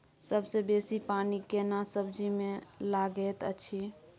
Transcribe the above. सबसे बेसी पानी केना सब्जी मे लागैत अछि?